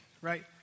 right